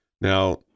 Now